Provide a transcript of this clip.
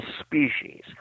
species